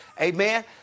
Amen